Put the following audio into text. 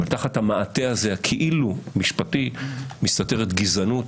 תחת המעטה הכאילו משפטי מסתתרת גזענות,